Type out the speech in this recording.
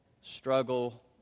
struggle